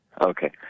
Okay